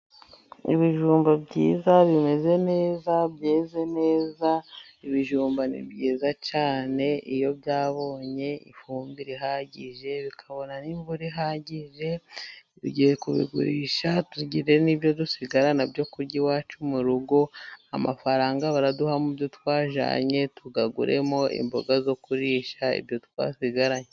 Ibijumba byiza, bimeze neza, byeze neza, ibijumba ni byiza cyane iyo byabonye ifumbire rihagije, bikabona n'imvura ihagije, tugiye kubigurisha, tugire n'ibyo dusigarana byo kurya iwacu mu rugo, amafaranga baraduha mu byo twajyanye tuyaguremo imboga zo kurisha ibyo twasigaranye.